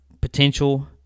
potential